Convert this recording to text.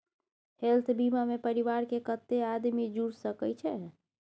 Health बीमा मे परिवार के कत्ते आदमी जुर सके छै?